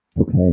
Okay